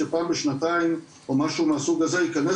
שפעם בשנתיים או משהו מהסוג הזה ייכנס